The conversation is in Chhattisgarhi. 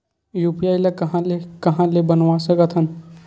यू.पी.आई ल कहां ले कहां ले बनवा सकत हन?